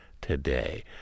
today